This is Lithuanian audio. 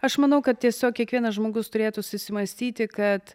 aš manau kad tiesiog kiekvienas žmogus turėtų susimąstyti kad